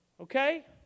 Okay